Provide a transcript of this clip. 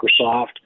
Microsoft